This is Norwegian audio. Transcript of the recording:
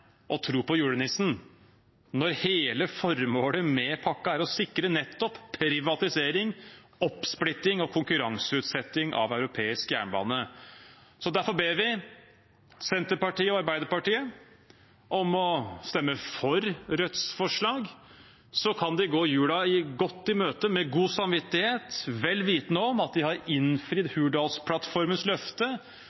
å sikre privatisering, oppsplitting og konkurranseutsetting av europeisk jernbane. Derfor ber vi Senterpartiet og Arbeiderpartiet om å stemme for Rødts forslag. Så kan de gå jula godt i møte, med god samvittighet, vel vitende om at de har innfridd